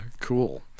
Cool